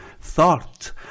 thought